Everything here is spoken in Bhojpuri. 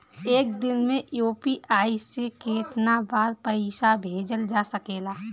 एक दिन में यू.पी.आई से केतना बार पइसा भेजल जा सकेला?